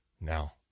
Now